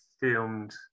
filmed